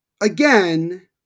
again